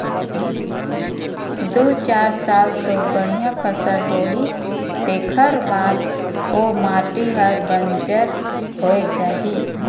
दू चार साल तो बड़िया फसल होही तेखर बाद ओ माटी हर बंजर होए जाही